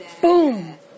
Boom